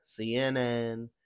CNN